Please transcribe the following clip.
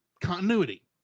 continuity